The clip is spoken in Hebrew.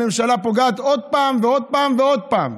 הממשלה פוגעת עוד פעם ועוד פעם ועוד פעם.